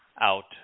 out